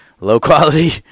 low-quality